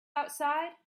outside